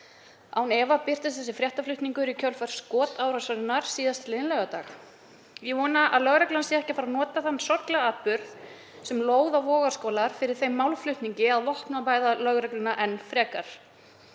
Án efa birtist þessi fréttaflutningur í kjölfar skotárásarinnar síðastliðinn laugardag. Ég vona að lögreglan sé ekki að fara að nota þann sorglega atburð sem lóð á vogarskálar fyrir þeim málflutningi að vopnavæða lögregluna enn frekar.